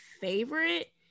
favorite